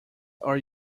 are